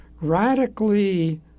radically